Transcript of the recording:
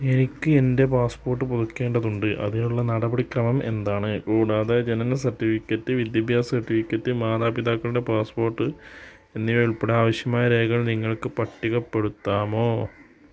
എനിക്കെന്റെ പാസ്പോർട്ട് പുതുക്കേണ്ടതുണ്ട് അതിനുള്ള നടപടിക്രമം എന്താണ് കൂടാതെ ജനന സർട്ടിഫിക്കറ്റ് വിദ്യാഭ്യാസ സർട്ടിഫിക്കറ്റ് മാതാപിതാക്കളുടെ പാസ്പോർട്ട് എന്നിവയുൾപ്പെടെ ആവശ്യമായ രേഖകൾ നിങ്ങൾക്ക് പട്ടികപ്പെടുത്താമോ